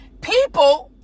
people